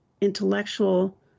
intellectual